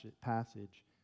passage